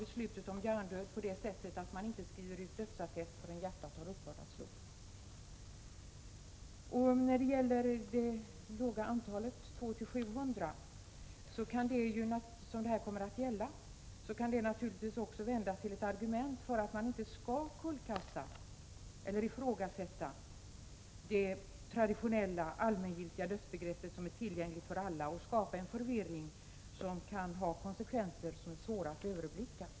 I en del länder kringgår man beslutet om hjärndöd genom att man inte skriver ut dödsattest förrän hjärtat har upphört att slå. När det gäller det låga antal som det här kommer att gälla, 200-700, kan det naturligtvis också vändas till ett argument för att man inte skall kullkasta — Prot. 1986/87:117 eller ifrågasätta det traditionella, allmängiltiga dödsbegreppet, som är 6 maj 1987 tillgängligt för alla, och skapa en förvirring som kan få konsekvenser vilka är svåra att överblicka.